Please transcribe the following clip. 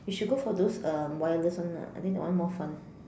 you should go for those um wireless one lah I think that one more fun